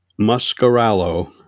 Muscarallo